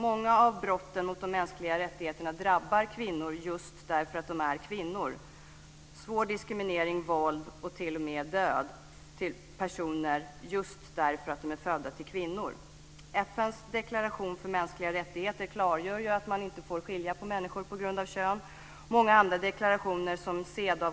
Många av brotten mot de mänskliga rättigheterna drabbar kvinnor just därför att de är kvinnor. Svår diskriminering, våld och t.o.m. död drabbar personer just därför att de är födda till kvinnor. FN:s deklaration om mänskliga rättigheter klargör att man inte får skilja på människor på grund av kön.